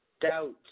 doubt